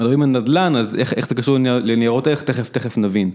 אנחנו מדברים על נדלן אז איך זה קשור לנירות ערך? תכף נבין